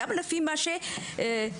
לפי מה שהתגלה,